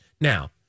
Now